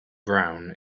brown